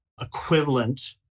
equivalent